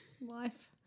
life